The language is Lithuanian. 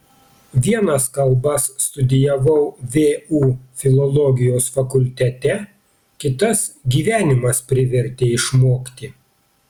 vienas kalbas studijavau vu filologijos fakultete kitas gyvenimas privertė išmokti